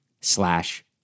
slash